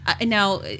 now